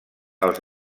els